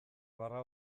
barra